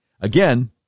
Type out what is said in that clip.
Again